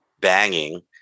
banging